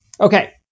Okay